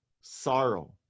sorrow